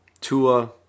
Tua